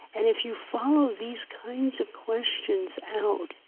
and if you follow these kinds of questions out,